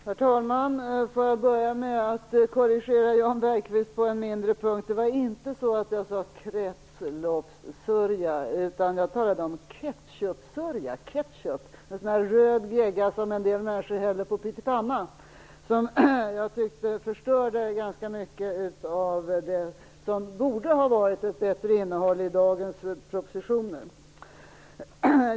Herr talman! Får jag börja med att korrigera Jan Bergqvist på en mindre punkt. Det var inte så att jag sade kretsloppssörja. Jag talade om ketchupsörja. Ketchup alltså; en sådan där röd gegga som en del människor häller på pyttipannan. Jag talade om att det förstörde ganska mycket av det som borde ha haft ett bättre innehåll i dagens propositioner.